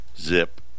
zip